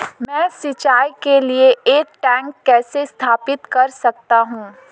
मैं सिंचाई के लिए एक टैंक कैसे स्थापित कर सकता हूँ?